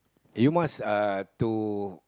you must uh to